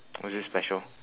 oh is it special